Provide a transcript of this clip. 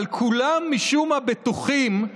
אבל כולם משום מה בטוחים,